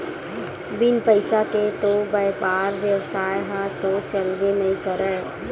बिन पइसा के बइपार बेवसाय ह तो चलबे नइ करय